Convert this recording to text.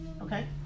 Okay